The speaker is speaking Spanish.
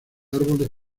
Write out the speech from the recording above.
árboles